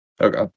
Okay